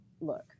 look